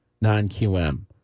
non-QM